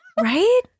right